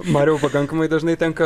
mariau pakankamai dažnai tenka